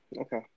Okay